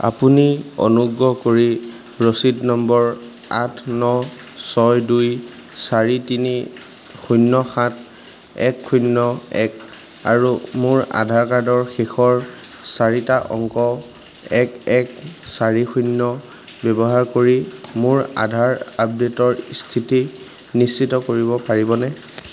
আপুনি অনুগ্ৰহ কৰি ৰচিদ নম্বৰ আঠ ন ছয় দুই চাৰি তিনি শূন্য সাত এক শূন্য এক আৰু মোৰ আধাৰ কাৰ্ডৰ শেষৰ চাৰিটা অংক এক এক চাৰি শূন্য ব্যৱহাৰ কৰি মোৰ আধাৰ আপডে'টৰ স্থিতি নিশ্চিত কৰিব পাৰিবনে